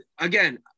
again